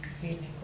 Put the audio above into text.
feeling